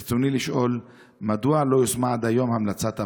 ברצוני לשאול: 1. מדוע לא יושמה עד היום המלצת הוועדה?